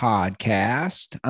Podcast